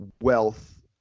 wealth